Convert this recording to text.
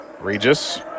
Regis